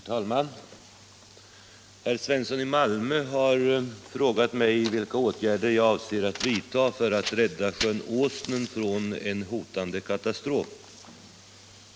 Herr talman! Herr Svensson i Malmö har frågat mig vilka åtgärder jag avser att vidta för att rädda sjön Åsnen från en hotande katastrof.